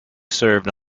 served